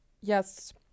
yes